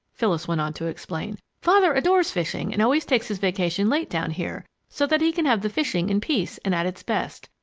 phyllis went on to explain. father adores fishing and always takes his vacation late down here, so that he can have the fishing in peace and at its best.